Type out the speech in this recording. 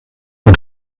nun